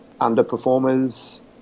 underperformers –